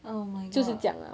oh my god